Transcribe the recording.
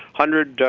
hundred